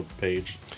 page